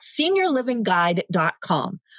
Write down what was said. SeniorLivingGuide.com